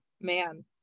man